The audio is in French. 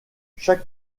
chaque